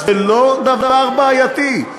זה לא דבר בעייתי,